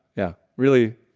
yeah, really?